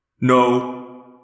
No